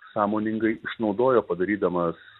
sąmoningai išnaudojo padarydamas